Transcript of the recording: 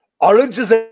Oranges